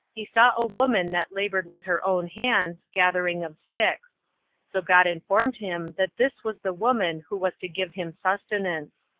he saw a woman that labored with her own hands, gathering of sticks so god informed him that this was the woman who was to give him sustenance.